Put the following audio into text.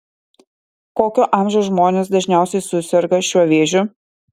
kokio amžiaus žmonės dažniausiai suserga šiuo vėžiu